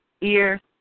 ear